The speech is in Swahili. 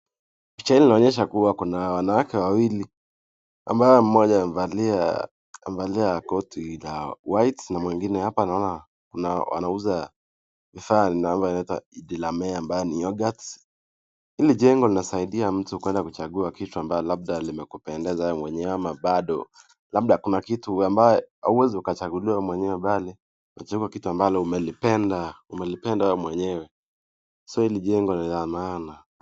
Picha hii inaonyesha kuwa kuna wanawake wawili, ambaye mmoja amevalia, amevalia koti la white na mwingine hapa naona kuna wanauza vifaa naomba inaitwa delamere ambayo ni yoghurt . Hili jengo linasaidia mtu kwenda kuchagua kitu ambacho labda limekupendeza wewe mwenyewe ama bado, labda kuna kitu ambaye huwezi ukachaguliwa wewe mwenyewe bali unachukua kitu ambalo umelipenda. Umelipenda wewe mwenyewe. So hili jengo lina maana.